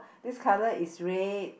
this colour is red